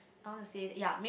I want to say that yeah mayb~